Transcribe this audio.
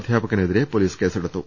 അധ്യാപകനെതിരെ police കേസെടുത്തു